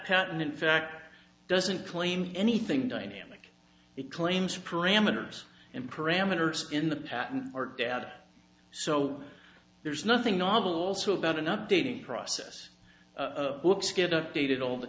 patent in fact doesn't claim anything dynamic it claims parameters and parameters in the patent or data so there's nothing novel also about and updating process books get updated all the